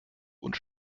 und